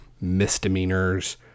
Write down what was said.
misdemeanors